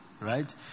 Right